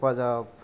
हेफाजाब